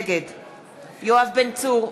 נגד יואב בן צור,